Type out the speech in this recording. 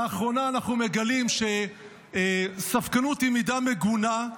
לאחרונה אנחנו מגלים שספקנות היא מידה מגונה.